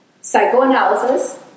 Psychoanalysis